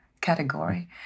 category